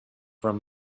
from